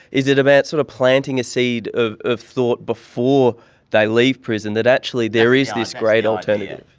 is it about sort of planting a seed of of thought before they leave prison, that actually there is this great alternative?